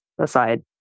aside